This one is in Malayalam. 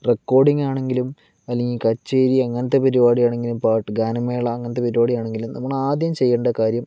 റെക്കോർഡിങ്ങാണെങ്കിലും അല്ലെങ്കിൽ കച്ചേരി അങ്ങനത്തെ പരിപാടി ആണെങ്കിലും പാട്ട് ഗാനമേള അങ്ങനത്തെ പരിപാടി ആണെങ്കിലും നമ്മൾ ആദ്യം ചെയ്യേണ്ട കാര്യം